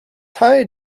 tai